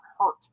hurt